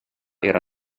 era